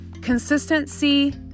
consistency